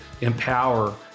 empower